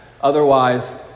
Otherwise